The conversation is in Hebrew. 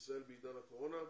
לישראל בעידן הקורונה.